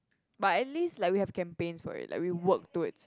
but at least like we have campaigns for it like we work towards